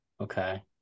Okay